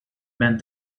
meant